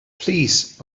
plîs